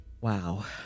Wow